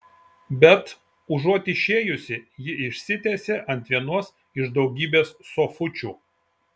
bet užuot išėjusi ji išsitiesė ant vienos iš daugybės sofučių